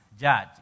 judge